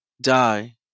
die